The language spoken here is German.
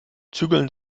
zügeln